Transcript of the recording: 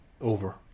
Over